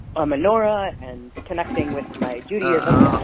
a menorah and connecting with my judaism.